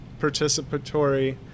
participatory